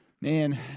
Man